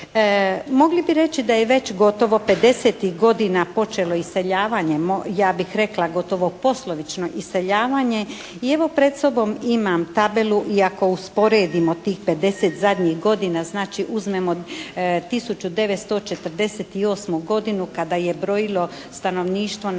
Mogli bi reći da je već gotovo 50.-ih godina počelo iseljavanje, ja bih rekla gotovo poslovično iseljavanje. I evo pred sobom imam tabelu i ako usporedimo tih 50 zadnjih godina, znači uzmemo 1948. godinu kada je brojilo stanovništvo na